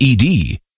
ED